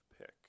pick